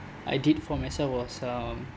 I did for myself was um